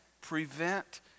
prevent